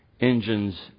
engines